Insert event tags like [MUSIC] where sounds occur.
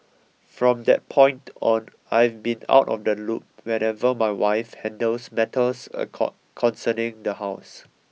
from that point on I've been out of the loop whenever my wife handles matters a [UNINTELLIGIBLE] concerning the house